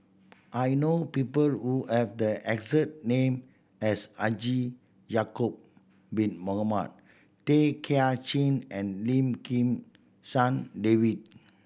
I know people who have the exact name as Haji Ya'acob Bin Mohamed Tay Kay Chin and Lim Kim San David